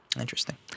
Interesting